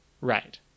Right